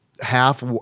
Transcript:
half